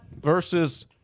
versus